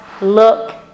look